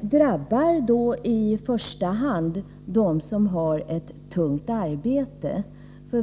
delpension. I första hand drabbas de som har ett tungt arbete.